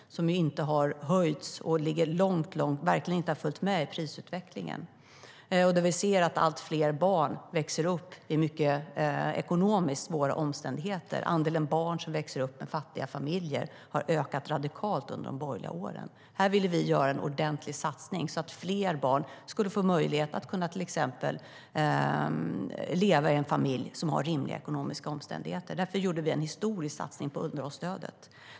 Det har inte höjts, och det har verkligen inte följt med i prisutvecklingen. Vi ser att allt fler barn växer upp under mycket svåra ekonomiska omständigheter. Andelen barn som växer upp i fattiga familjer har ökat radikalt under de borgerliga åren. Vi ville göra en ordentlig satsning så att fler barn skulle få möjlighet att leva i en familj som har rimliga ekonomiska omständigheter. Vi gjorde därför en historisk satsning på underhållsstödet.